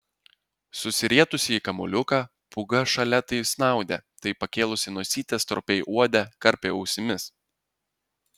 susirietusi į kamuoliuką pūga šalia tai snaudė tai pakėlusi nosytę stropiai uodė karpė ausimis